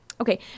Okay